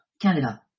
Canada